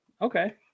Okay